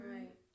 Right